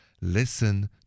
Listen